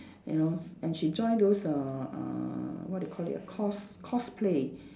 you know s~ and she join those uh uh what do you call it a cos~ cosplay